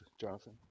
Jonathan